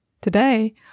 Today